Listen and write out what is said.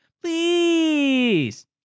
Please